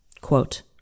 Quote